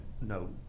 no